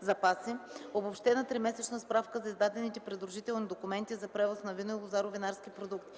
запаси, обобщена тримесечна справка за издадените придружителни документи за превоз на вино и лозаро-винарски продукти.